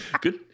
good